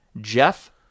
Jeff